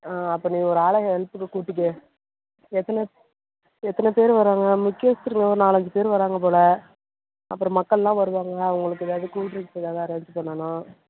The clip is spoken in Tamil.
அப்போ நீ ஒரு ஆளை ஹெல்ப்புக்கு கூட்டுக்கே எத்தனை எத்தனை பேர் வராங்கன்னு கேட்டுருவோம் நாலு அஞ்சு பேர் வராங்க போல் அப்புறம் மக்கள்லாம் வருவாங்க அவங்களுக்கு ஏதாவது கூல்ட்ரிங்க்ஸ் ஏதாவது அரேஞ்ச் பண்ணனும்